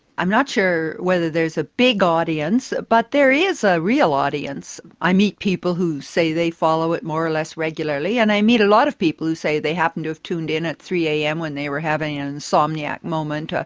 i'm not sure whether there's a big audience, but there is a real audience. i meet people who say they follow it more or less regularly, and i meet a lot of people who say they happen to have tuned in at three am when they were having an insomniac moment.